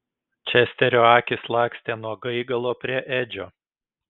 česterio akys lakstė nuo gaigalo prie edžio